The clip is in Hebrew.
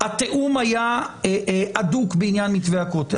התיאום היה הדוק בעניין מתווה הכותל.